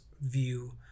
view